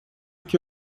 que